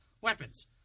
weapons